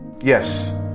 Yes